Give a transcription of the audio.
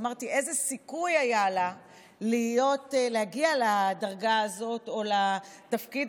ואמרתי: איזה סיכוי היה לה להגיע לדרגה הזאת או לתפקיד